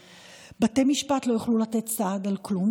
בתי משפט לא יוכלו לתת סעד על כלום,